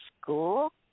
school